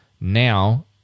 Now